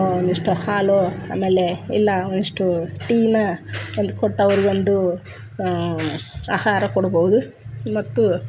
ಒಂದಿಷ್ಟು ಹಾಲೋ ಆಮೇಲೆ ಇಲ್ಲಾ ಇಷ್ಟು ಟೀನೋ ಒಂದು ಕೊಟ್ಟು ಅವ್ರಿಗೆ ಒಂದೂ ಆಹಾರ ಕೊಡ್ಬೋದು ಮತ್ತು